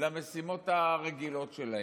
למשימות הרגילות שלהם.